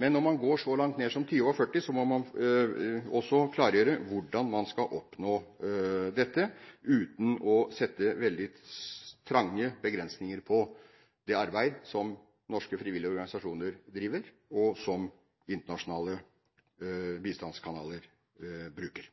men når man går så langt ned som til mellom 20 og 40, må man også klargjøre hvordan man skal oppnå dette uten å sette veldig trange begrensninger på det arbeid som norske frivillige organisasjoner driver, og som internasjonale bistandskanaler bruker.